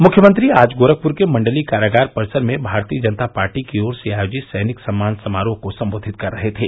मुख्यमंत्री आज गोरखपुर के मण्डलीय कारागार परिसर में भारतीय जनता पार्टी की ओर से आयोजित सैनिक सम्मान समारोह को सम्बोधित कर रहे थे